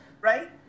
Right